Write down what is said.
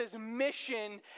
mission